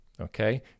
okay